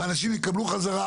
ואנשים יקבלו חזרה,